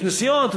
יש נסיעות,